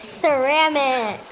ceramic